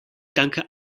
danke